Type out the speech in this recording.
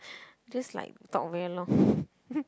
just like talk very long